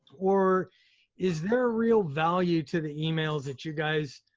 or is there real value to the emails that you guys